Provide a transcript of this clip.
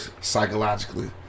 psychologically